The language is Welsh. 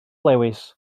lewis